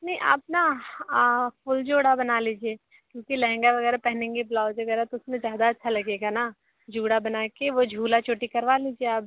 नहीं आप ना फुल जोड़ा बना लीजिये क्योंकि लहंगा वगैरह पहनेंगी ब्लाउज वगैरह तो उस में ज़्यादा अच्छा लगेगा ना जुड़ा बना के वो झूला चोटी करवा लीजिये आप